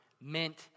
meant